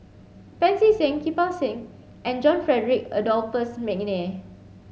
Pancy Seng Kirpal Singh and John Frederick Adolphus McNair